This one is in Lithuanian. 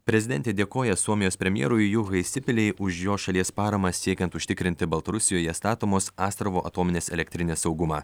prezidentė dėkoja suomijos premjerui juhai sipilei už jo šalies paramą siekiant užtikrinti baltarusijoje statomos astravo atominės elektrinės saugumą